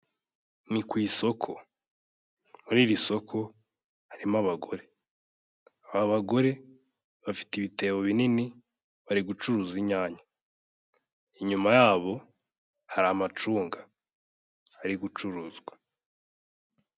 Ni ku isoko, muri iri soko harimo abagore, aba abagore bafite ibitebo binini, bari gucuruza inyanya, inyuma yabo hari amacunga ari gucuruzwa.